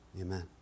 Amen